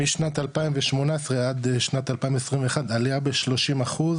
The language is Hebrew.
שמשנת 2018 עד שנת 2021 עלייה ב-30 אחוז